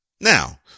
now